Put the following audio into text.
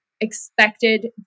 expected